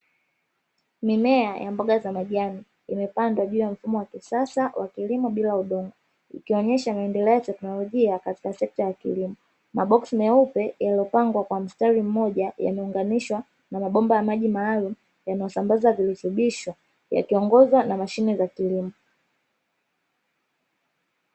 Mimea ya mboga za majani imepandwa juu ya mfumo wa kisasa wa kilimo bila udongo, ikionyesha maendeleo ya teknolojia katika sekta ya kilimo. Maboksi meupe yaliyopangwa kwa mstari mmoja yameunganishwa na mabomba ya maji maalumu yanayosambaza virutubisho, yakiongozwa na mashine za kilimo.